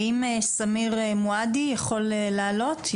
האם סמיר מועדי יכול לעלות,